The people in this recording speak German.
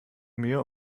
mir